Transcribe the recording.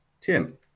Tim